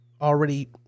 already